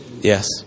Yes